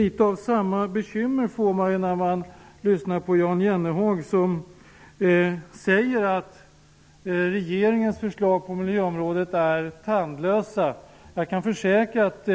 Litet av samma bekymmer får man när man lyssnar på Jan Jennehag. Han säger att regeringens förslag på miljöområdet är tandlösa. Jag kan försäkra att